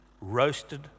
roasted